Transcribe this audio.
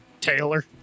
Taylor